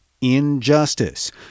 injustice